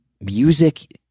Music